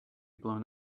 blown